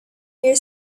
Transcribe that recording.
here